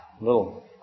little